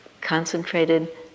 concentrated